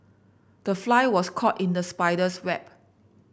the fly was caught in the spider's web